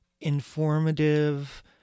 informative